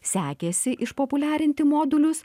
sekėsi išpopuliarinti modulius